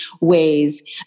ways